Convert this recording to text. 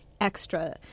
extra